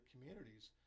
communities